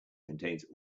contains